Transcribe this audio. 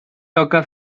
toca